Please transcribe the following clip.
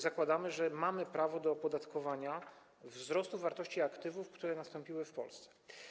Zakładamy, że mamy prawo do opodatkowania wzrostu wartości aktywów, który nastąpił w Polsce.